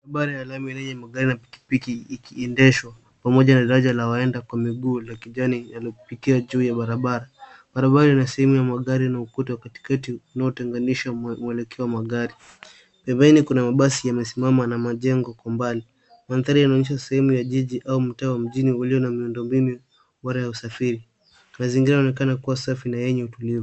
Barabara ya lami yenye magari na pikipiki ikiendeshwa pamoja na daraja la waenda kwa miguu la kijani iliyopitia juu ya barabara. Barabara ina sehemu ya magari na ukuta katikati unaotenganisha mwelekeo wa magari. Pembeni kuna mabasi yamesimama na majengo kwa mbali. Mandhari yanaonyesha sehemu ya jiji au mtaa wa mjini ulio na miundombinu bora ya usafiri. Mazingira yanaonekana kuwa safi na yenye utulivu.